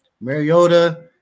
Mariota